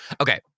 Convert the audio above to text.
Okay